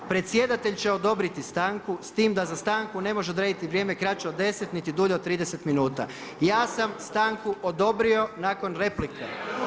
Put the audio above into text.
Predsjedatelj će odobriti stanku s tim da za stanku ne može odrediti vrijeme kraće od deset niti dulje od trideset minuta.“ Ja sam stanku odobrio nakon replika.